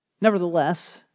Nevertheless